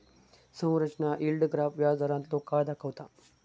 संरचना yield graph व्याजदारांतलो काळ दाखवता